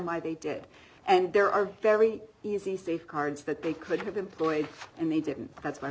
why they did and there are very easy safeguards that they could have employed and they didn't that's